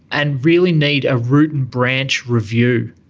and really need a root and branch review.